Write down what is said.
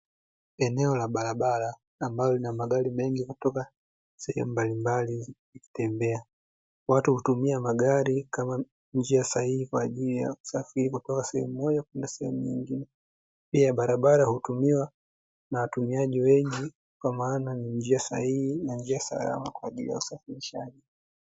Eneo la barabara, ambalo lina magari mengi kutoka sehemu mbalimbali. Watu hutumia magari kama njia sahihi kwa ajili ya kusafiri kutoka sehemu moja kwenda sehemu nyingine. Pia barabara hutumiwa na watumiaji wengi kwa maana ni njia sahihi na salama kwa usafirishaji.